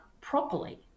properly